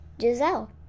Giselle